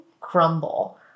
crumble